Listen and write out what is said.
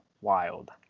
wild